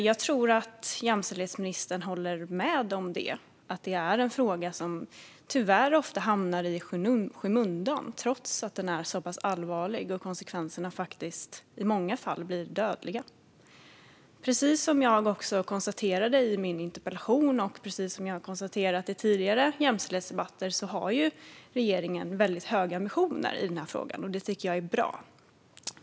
Jag tror att jämställdhetsministern håller med om att det är en fråga som tyvärr ofta hamnar i skymundan trots att den är så allvarlig och att konsekvenserna i många fall blir dödliga. Precis som jag konstaterade i min interpellation och precis som jag har konstaterat i tidigare jämställdhetsdebatter har regeringen väldigt höga ambitioner i denna fråga, och det tycker jag är bra.